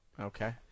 Okay